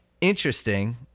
interesting